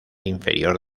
inferior